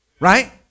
right